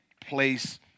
place